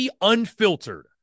Unfiltered